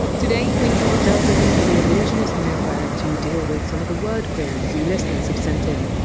today we are delving into the allusionist mailbag to deal with some of the word queries you listeners have sent in.